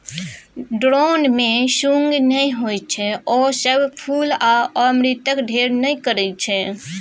drone मे सुंग नहि होइ छै ओ सब फुल आ अमृतक ढेर नहि करय छै